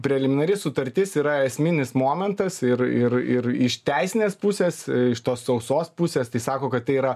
preliminari sutartis yra esminis momentas ir ir ir iš teisinės pusės iš tos sausos pusės tai sako kad tai yra